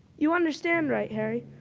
you understand, right harry?